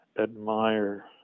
admire